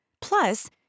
Plus